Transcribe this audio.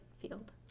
field